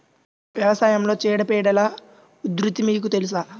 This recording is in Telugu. వ్యవసాయంలో చీడపీడల ఉధృతి మీకు తెలుసా?